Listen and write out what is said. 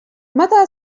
متى